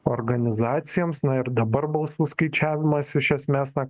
organizacijoms na ir dabar balsų skaičiavimas iš esmės na